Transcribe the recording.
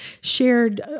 shared